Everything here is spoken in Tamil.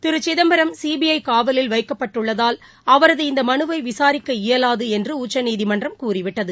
திரு சிதம்பரம் சிபிஐ காவலில் வைக்கப்பட்டுள்ளதால் அவரது இந்த மனுவை விசாரிக்க இயவாது என்று உச்சநீதிமன்றம் கூறிவிட்டது